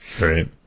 Right